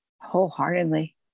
wholeheartedly